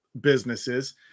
businesses